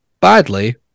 badly